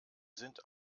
sind